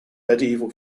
medieval